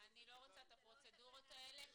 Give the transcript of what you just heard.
אני לא רוצה את הפרוצדורות האלה.